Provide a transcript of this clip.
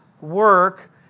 work